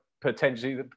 potentially